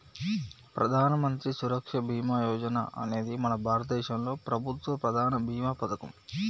ప్రధానమంత్రి సురక్ష బీమా యోజన అనేది మన భారతదేశంలో ప్రభుత్వ ప్రధాన భీమా పథకం